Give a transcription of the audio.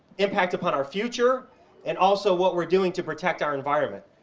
impact upon our future and also what we're doing to protect our environment,